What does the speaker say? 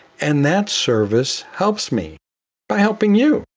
and that service helps me by helping you.